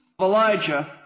Elijah